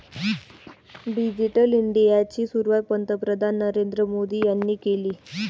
digital इंडियाची सुरुवात पंतप्रधान नरेंद्र मोदी यांनी केली